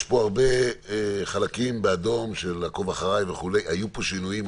יש בו הרבה חלקים באדום של "עקוב אחריי" וכו' היו פה שינויים,